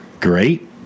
great